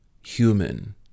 human